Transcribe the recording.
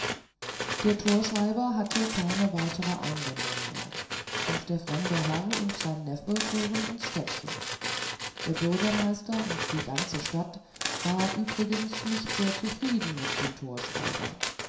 der torschreiber hatte keine weitere einwendung mehr und der fremde herr und sein neffe fuhren ins städtchen der bürgermeister und die ganze stadt war übrigens nicht sehr zufrieden mit dem torschreiber